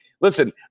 Listen